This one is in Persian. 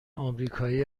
آمریکایی